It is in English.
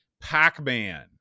Pac-Man